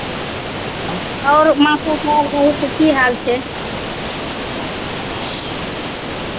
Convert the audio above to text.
आओर की हाल छै